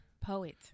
Poet